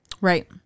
Right